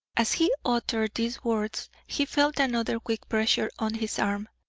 as he uttered these words, he felt another quick pressure on his arm.